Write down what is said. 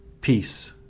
Peace